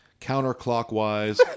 counterclockwise